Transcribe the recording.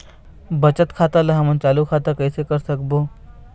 बचत खाता ला हमन चालू खाता कइसे कर सकबो?